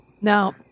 Now